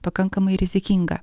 pakankamai rizikinga